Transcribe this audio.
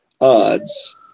odds